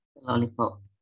Lollipop